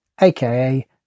AKA